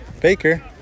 Baker